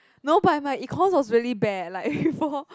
no but my econs was really bad like before